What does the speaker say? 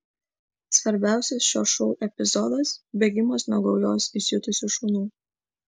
svarbiausias šio šou epizodas bėgimas nuo gaujos įsiutusių šunų